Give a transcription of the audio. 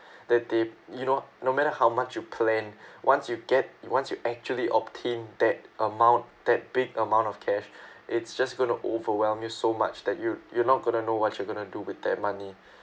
that they you know no matter how much you plan once you get once you actually obtained that amount that big amount of cash it's just going to overwhelm you so much that you you're not going to know what you're gonna do with that money